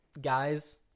guys